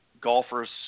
golfers